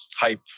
hype